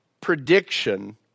prediction